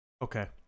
Okay